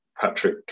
Patrick